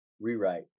rewrite